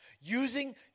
Using